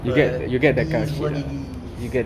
but it is what it is